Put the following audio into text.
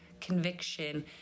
conviction